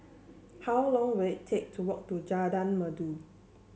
how long will it take to walk to Jalan Merdu